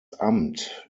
amt